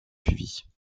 suivis